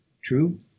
true